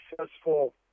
successful